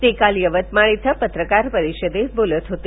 ते काल यवतमाळ इथं पत्रकार परिषदेत बोलत होते